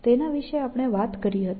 તેના વિશે આપણે વાત કરી હતી